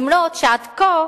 אף-על-פי שעד כה